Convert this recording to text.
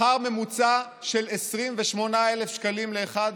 בשכר ממוצע של 28,000 שקלים לאחד?